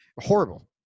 Horrible